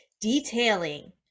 detailing